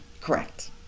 Correct